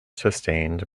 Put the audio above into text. sustained